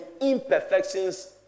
imperfections